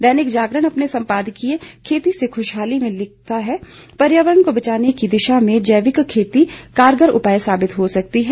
दैनिक जागरण अपने सम्पादकीय खेती से खुशहाली में लिखा है कि पर्यावरण को बचाने की दिशा में जैविक खेती कारगर उपाय साबित हो सकती है